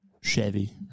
Chevy